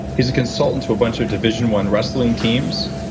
he's a consultant to a bunch of division one wrestling teams,